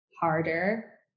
harder